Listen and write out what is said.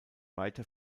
weiter